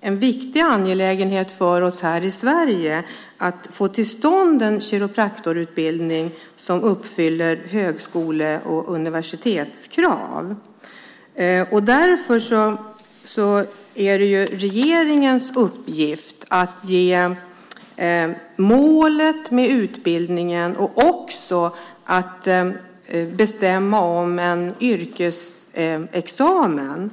en viktig angelägenhet för oss i Sverige att få till stånd en kiropraktorutbildning som uppfyller högskole och universitetskrav. Det är regeringens uppgift att ange målet med utbildningen och också bestämma om en yrkesexamen.